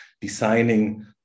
designing